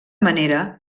manera